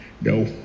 No